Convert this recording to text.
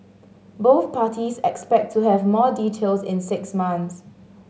both parties expect to have more details in six months